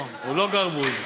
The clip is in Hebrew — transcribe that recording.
לא, הוא לא גרבוז.